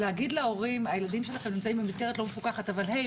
להגיד להורים הילדים שלכם נמצאים במסגרת לא מפוקחת אבל הי,